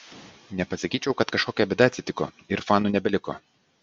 nepasakyčiau kad kažkokia bėda atsitiko ir fanų nebeliko